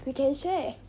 we can share